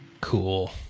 Cool